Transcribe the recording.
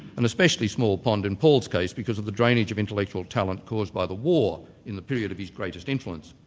an especially small pond in paul's case because of the drainage of intellectual talent caused by the war in the period of his greatest influence.